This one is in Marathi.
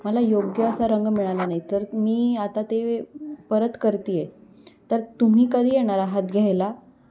मला योग्य असा रंग मिळाला नाही तर मी आता ते परत करते आहे तर तुम्ही कधी येणार आहात घ्यायला